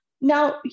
now